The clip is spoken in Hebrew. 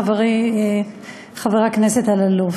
חברי חבר הכנסת אלאלוף.